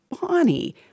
Bonnie